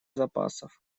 запасов